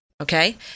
Okay